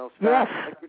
Yes